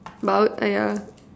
but I would !aiya!